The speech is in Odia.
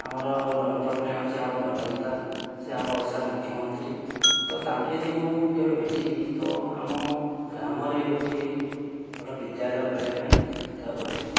ଆମର ନବୀନ ପଟ୍ଟନାୟକ ହେଉଛି ଆମର ଭଲ ନେତା ସେ ଆମ ଓଡ଼ିଶାର ମୁଖ୍ୟମନ୍ତ୍ରୀ ତ ତାଙ୍କୁ ଯଦି ମୁଁ କେବେ ଭେଟିବି ତ ଆମ ଗ୍ରାମରେ ଗୋଟିଏ ଭଲ ବିଦ୍ୟାଳୟ ଖୋଲିବା ପାଇଁ ତାଙ୍କୁ କହିବି